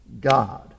god